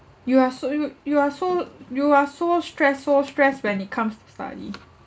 you are so you you are so you are so stressed so stressed when it comes to study